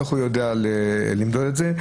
איך הוא יודע למדוד את זה?